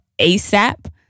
ASAP